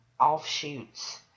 offshoots